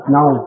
Now